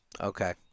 Okay